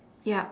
yup